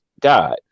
god